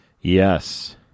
Yes